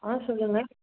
ஆ சொல்லுங்கள்